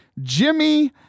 Jimmy